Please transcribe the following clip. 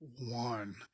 one